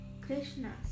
Krishna